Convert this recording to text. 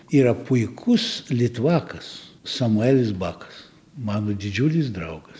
yra puikus litvakas samuelis bakas mano didžiulis draugas